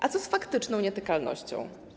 A co z faktyczną nietykalnością?